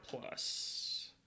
plus